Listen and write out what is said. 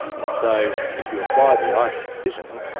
and so if you apply the ice decision,